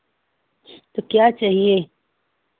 तो क्या चाहिए